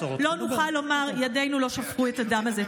לא נוכל לומר שידינו לא שפכו את הדם הזה.